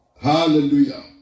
Hallelujah